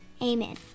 Amen